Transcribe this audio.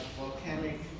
volcanic